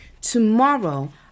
Tomorrow